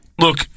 Look